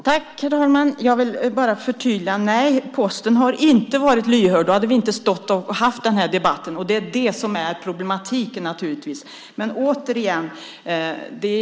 Herr talman! Låt mig förtydliga: Nej, Posten har inte varit lyhörd. I så fall hade vi inte haft den här debatten. Det är naturligtvis det som är problemet.